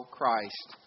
Christ